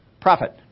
Profit